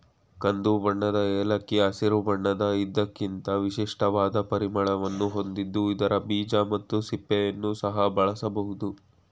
ಕಂದುಬಣ್ಣದ ಏಲಕ್ಕಿ ಹಸಿರು ಬಣ್ಣದ ಇದಕ್ಕಿಂತ ವಿಶಿಷ್ಟವಾದ ಪರಿಮಳವನ್ನು ಹೊಂದಿದ್ದು ಇದರ ಬೀಜ ಮತ್ತು ಸಿಪ್ಪೆಯನ್ನು ಸಹ ಬಳಸಬೋದು